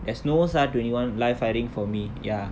there's no S_A_R twenty one live firing for me ya